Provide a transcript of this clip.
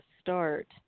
start